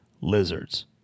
Lizards